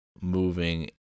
moving